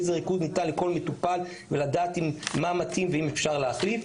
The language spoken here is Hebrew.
איזה ריכוז ניתן לכל מטופל ולדעת מה מתאים והאם אפשר להחליף,